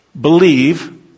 believe